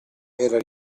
era